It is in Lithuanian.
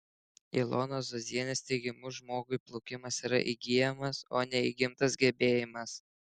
ilonos zuozienės teigimu žmogui plaukimas yra įgyjamas o ne įgimtas gebėjimas